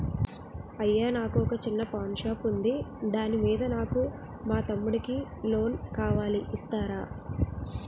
అయ్యా నాకు వొక చిన్న పాన్ షాప్ ఉంది దాని మీద నాకు మా తమ్ముడి కి లోన్ కావాలి ఇస్తారా?